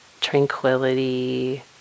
tranquility